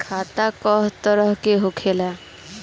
खाता क तरह के होला?